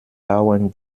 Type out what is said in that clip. bauern